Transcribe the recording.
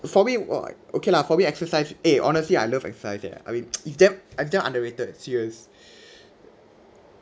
for me wha~ okay lah for me exercise eh honestly I love exercise eh I mean it's damn it's damn underrated serious